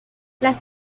las